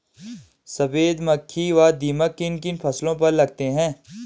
सफेद मक्खी व दीमक किन किन फसलों पर लगते हैं?